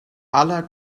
aller